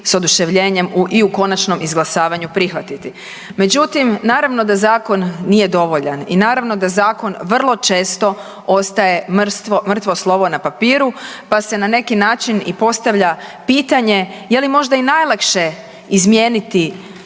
s oduševljenjem i u konačnom izglasavanju prihvatiti. Međutim, naravno da zakon nije dovoljan i naravno da zakon vrlo često ostaje mrtvo slovo na papiru pa se na neki način i postavlja pitanje je li možda i najlakše izmijeniti